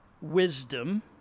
wisdom